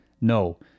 No